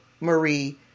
Marie